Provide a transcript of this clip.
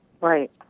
Right